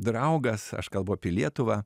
draugas aš kalbu apie lietuvą